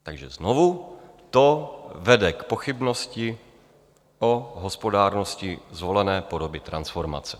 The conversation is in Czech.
Takže znovu: To vede k pochybnosti o hospodárnosti zvolené podoby transformace.